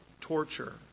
torture